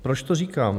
Proč to říkám.